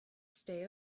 stay